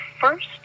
first